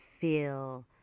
feel